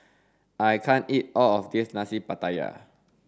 I can't eat all of this nasi pattaya